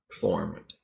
form